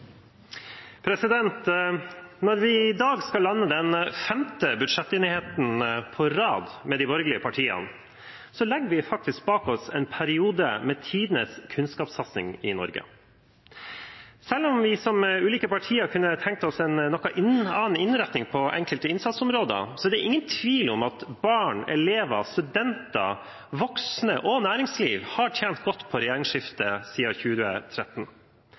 Når vi i dag skal lande den femte budsjettenigheten på rad mellom de borgerlige partiene, legger vi faktisk bak oss en periode med tidenes kunnskapssatsing i Norge. Selv om vi som ulike partier kunne tenkt oss en noe annen innretning på enkelte innsatsområder, er det ingen tvil om at barn, elever, studenter, voksne og næringslivet har tjent godt på regjeringsskiftet siden 2013.